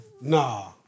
Nah